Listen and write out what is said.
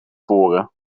voren